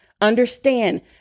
Understand